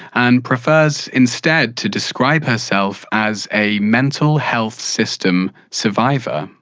and prefers instead to describe herself as a mental health system survivor.